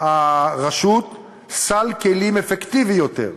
הרשות סל כלים אפקטיבי יותר.